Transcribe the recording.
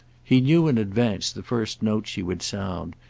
he knew in advance the first note she would sound,